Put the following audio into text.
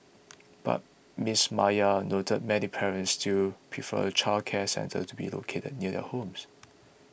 but Miss Maya noted many parents still prefer childcare centres to be located near their homes